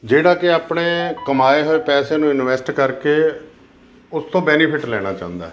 ਜਿਹੜਾ ਕਿ ਆਪਣੇ ਕਮਾਏ ਹੋਏ ਪੈਸੇ ਨੂੰ ਇਨਵੈਸਟ ਕਰਕੇ ਉਸ ਤੋਂ ਬੈਨੀਫਿਟ ਲੈਣਾ ਚਾਹੁੰਦਾ